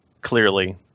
clearly